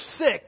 sick